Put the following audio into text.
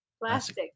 plastic